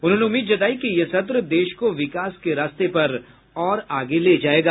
उन्होंने उम्मीद जतायी कि यह सत्र देश को विकास के रास्ते पर और आगे ले जायेगा